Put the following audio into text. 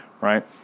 Right